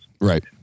Right